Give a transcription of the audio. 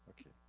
Okay